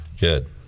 Good